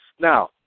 Now